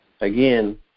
again